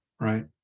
right